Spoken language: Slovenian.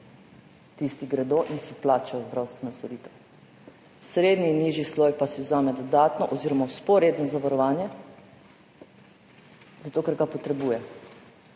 Tisti gredo in si plačajo zdravstveno storitev. Srednji in nižji sloj pa si vzame dodatno oziroma vzporedno zavarovanje, zato ker ga potrebuje.